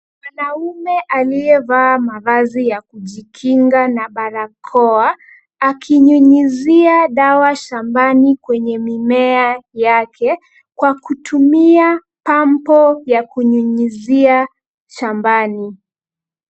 Mnaume aliyevaa mavazi ya kujikinga na barakoa akinyunyizia dawa shambani kwenye mimea yake kwa kutumia pambo ya kunyunyizia shambani.